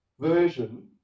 version